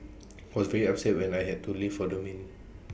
was very upset when I had to leave for the main